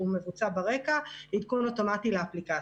הוא מבוצע ברקע, עדכון אוטומטי לאפליקציה.